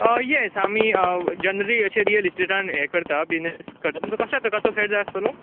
येस आमी जनरली अशें रियल इस्टेटान हे करता बिजनेस करता तुमकां कश्या प्रकारचो फ्लॅट जाय आसतलो